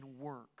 work